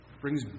brings